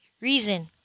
reason